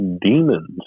demons